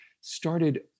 started